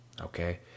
Okay